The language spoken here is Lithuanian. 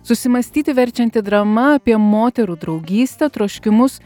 susimąstyti verčianti drama apie moterų draugystę troškimus